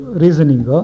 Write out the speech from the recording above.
reasoning